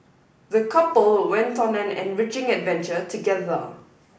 the couple went on an enriching adventure together